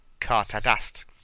Kartadast